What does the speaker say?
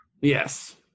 Yes